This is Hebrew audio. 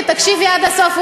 ותקשיבי עד הסוף,